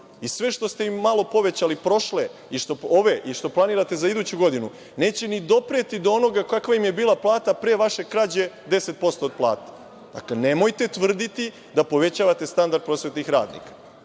i sve što ste im malo povećali prošle, ove i što planirate za iduću godinu, neće ni dopreti do onoga kakva im je bila plata pre vaše krađe 10% od plate. Dakle, nemojte tvrditi da povećate standard prosvetnih radnika.